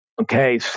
Okay